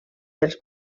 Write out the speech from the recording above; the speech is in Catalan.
dels